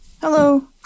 Hello